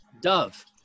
Dove